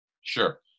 Sure